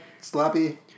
sloppy